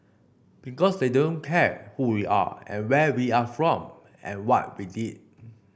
because they don't care who we are and where we are from and what we did